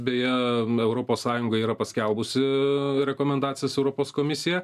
beje europos sąjunga yra paskelbusi rekomendacijas europos komisija